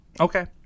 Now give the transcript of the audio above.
Okay